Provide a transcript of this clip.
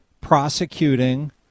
prosecuting